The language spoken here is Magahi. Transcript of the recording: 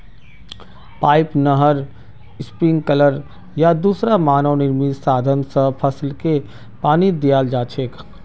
पाइप, नहर, स्प्रिंकलर या दूसरा मानव निर्मित साधन स फसलके पानी दियाल जा छेक